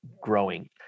growing